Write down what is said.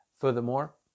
Furthermore